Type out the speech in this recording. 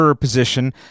position